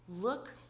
look